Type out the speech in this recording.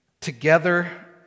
together